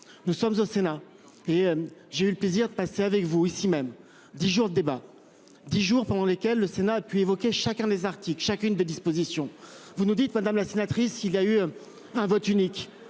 Nous sommes au sénat et j'ai eu le plaisir de passer avec vous ici même 10 jours de débats, 10 jours pendant lesquels le Sénat puis évoquait chacun des Arctic chacune des dispositions, vous nous dites, madame la sénatrice. Il y a eu un vote unique